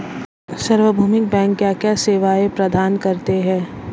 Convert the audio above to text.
सार्वभौमिक बैंक क्या क्या सेवाएं प्रदान करते हैं?